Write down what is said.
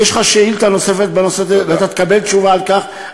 ויש לך שאילתה נוספת בנושא ואתה תקבל תשובה על כך,